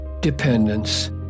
dependence